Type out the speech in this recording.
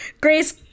Grace